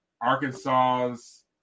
Arkansas's